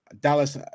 Dallas